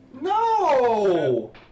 No